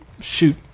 shoot